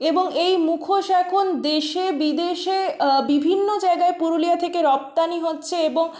এবং এই মুখোশ এখন দেশে বিদেশে বিভিন্ন জায়গায় পুরুলিয়া থেকে রপ্তানি হচ্ছে এবং